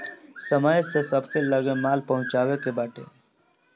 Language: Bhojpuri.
समय से सबके लगे माल पहुँचावे के बाटे